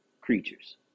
creatures